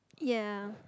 ya